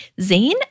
Zayn